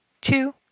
two